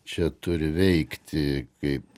čia turi veikti kaip